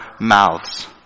mouths